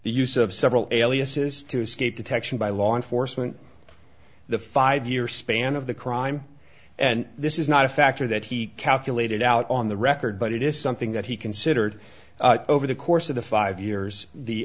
the use of several aliases to escape detection by law enforcement the five year span of the crime and this is not a factor that he calculated out on the record but it is something that he considered over the course of the five years the